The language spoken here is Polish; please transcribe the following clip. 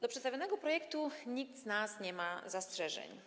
Do przedstawionego projektu nikt z nas nie ma zastrzeżeń.